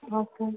okay